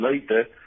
later